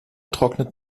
trocknet